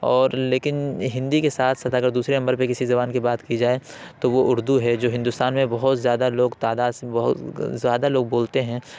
اور لیکن ہندی کے ساتھ ساتھ اگر دوسرے نمبر پہ کسی زبان کی بات کی جائے تو وہ اردو ہے جو ہندوستان میں بہت زیادہ لوگ تعداد سے بہت زیادہ لوگ بولتے ہیں